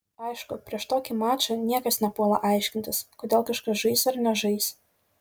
aišku prieš tokį mačą niekas nepuola aiškintis kodėl kažkas žais ar nežais